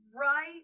right